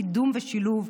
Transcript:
קידום ושילוב,